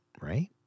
Right